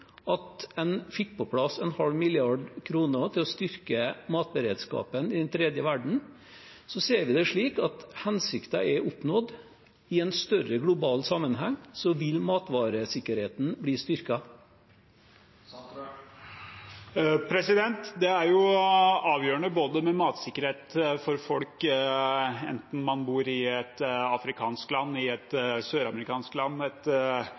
i regjering fikk gjennomslag for, i en valgsituasjon, og fikk på plass en halv milliard kroner til å styrke matberedskapen i den tredje verden, ser vi det slik at hensikten er oppnådd: I en større global sammenheng vil matvaresikkerheten bli styrket. Det er avgjørende med matvaresikkerhet for folk enten man bor i et afrikansk land, i et søramerikansk land, i et